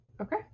Okay